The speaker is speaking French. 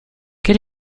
quel